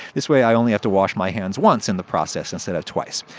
this way i only have to wash my hands once in the processes, instead of twice.